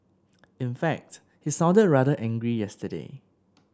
in fact he sounded rather angry yesterday